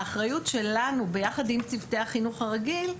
האחריות שלנו ביחד עם צוותי החינוך הרגיל,